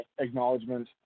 acknowledgement